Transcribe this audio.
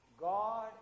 God